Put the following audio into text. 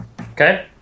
Okay